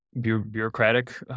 bureaucratic